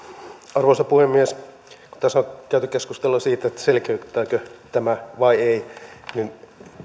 arvoisa puhemies kun tässä on käyty keskustelua siitä että selkeyttääkö tämä vai ei niin